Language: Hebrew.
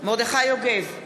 מרדכי יוגב,